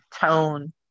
tone